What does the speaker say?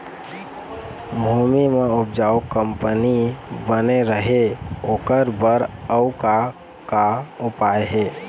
भूमि म उपजाऊ कंपनी बने रहे ओकर बर अउ का का उपाय हे?